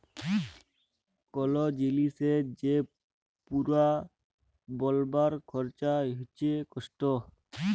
call জিলিসের যে পুরা বলবার খরচা হচ্যে কস্ট